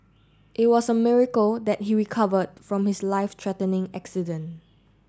it was a miracle that he recovered from his life threatening accident